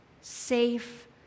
safe